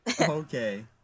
Okay